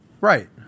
Right